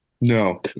No